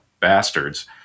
bastards